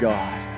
God